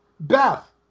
Beth